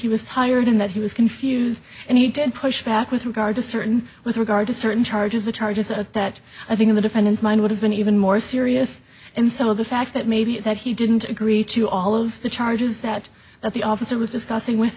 he was tired and that he was confused and he did push back with regard to certain with regard to certain charges the charges at that i think in the defendant's mind would have been even more serious and some of the fact that maybe that he didn't agree to all of the charges that that the officer was discussing with